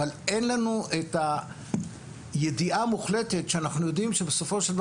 אבל אין לנו את הידיעה המוחלטת שאנחנו יודעים שבסופו של דבר